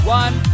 one